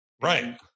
Right